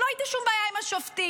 לא הייתה שום בעיה עם השופטים.